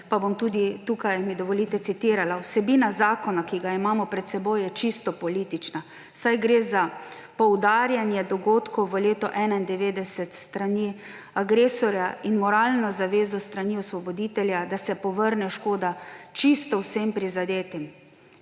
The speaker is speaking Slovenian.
pa bom tudi tukaj, mi dovolite, citirala: »Vsebina zakona, ki ga imamo pred seboj, je čisto politična, saj gre za poudarjanje dogodkov v letu 1991 s strani agresorja in moralno zavezo s strani osvoboditelja, da se povrne škoda čisto vsem prizadetim.«